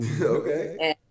Okay